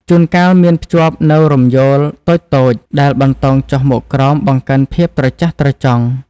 ជួនកាលមានភ្ជាប់នូវ រំយោល តូចៗ ដែលបន្តោងចុះមកក្រោម បង្កើនភាពត្រចះត្រចង់។